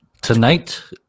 Tonight